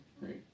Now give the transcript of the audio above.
right